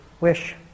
wish